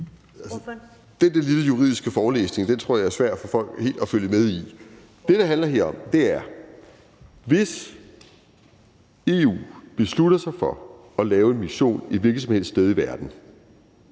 Den der lille juridiske forelæsning tror jeg er svær for folk helt at følge med i. Det, det her handler om, er, hvis EU beslutter sig for at lave en mission et hvilket som helst sted i verden,